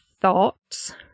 Thoughts